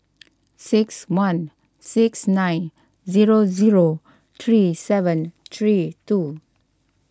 six one six nine zero zero three seven three two